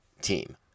team